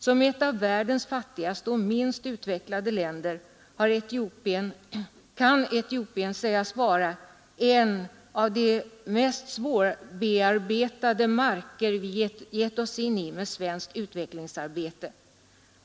Som ett av världens fattigaste och minst utvecklade länder kan Etiopien sägas vara en av de mest svårarbetade marker som vi givit oss in på i svenskt utvecklingsarbete.